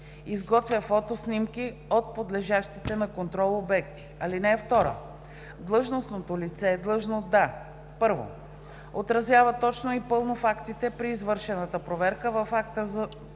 изготвя фотоснимки от подлежащите на контрол обекти. (2) Длъжностното лице е длъжно да: 1. отразява точно и пълно фактите при извършената проверка в акта за